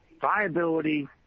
viability